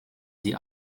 sie